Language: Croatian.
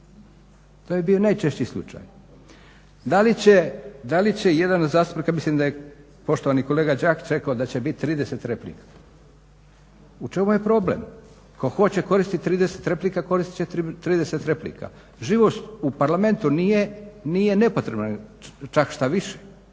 to je bio najčešći slučaj. Da li će jedan od zastupnika, mislim da je poštovani kolega Đakić rekao da će biti 30 replika. U čemu je problem? Tko hoće koristiti 30 replika koristit će 30 replika. Živost u Parlamentu nije nepotrebna, čak štoviše